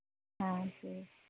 हाँ ठीक